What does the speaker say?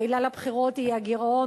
שהעילה לבחירות היא הגירעון,